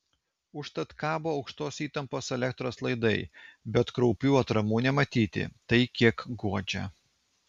užtat kabo aukštos įtampos elektros laidai bet kraupių atramų nematyti tai kiek guodžia